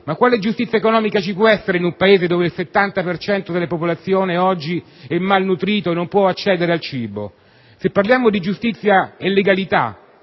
quale giustizia economica ci può essere in un Paese dove il 70 per cento della popolazione oggi è malnutrito e non può accedere al cibo? Se parliamo di giustizia e legalità,